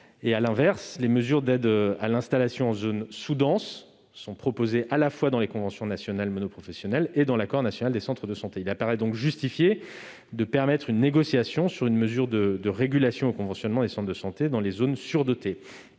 À l'inverse, des mesures d'aide à l'installation en zone sous-dense sont proposées à la fois dans les conventions nationales monoprofessionnelles et dans l'accord national des centres de santé. Il apparaît donc justifié de permettre une négociation sur une mesure de régulation au conventionnement des centres de santé dans les zones surdotées.